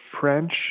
French